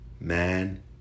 Man